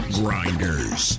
grinders